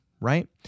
Right